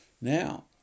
Now